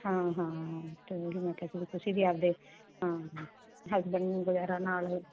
ਹਾਂ ਹਾਂ ਤੁਸੀਂ ਵੀ ਆਪਦੇ ਹਸਬੈਂਡ ਨੂੰ ਵਗੈਰਾ ਨਾਲ